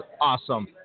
awesome